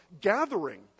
gathering